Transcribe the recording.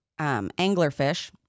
anglerfish